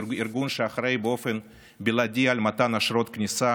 ארגון שאחראי באופן בלעדי על מתן אשרות כניסה